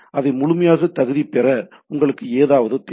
அதாவது அதை முழுமையாக தகுதிபெற உங்களுக்கு ஏதாவது தேவை